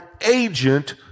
agent